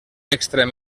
extrem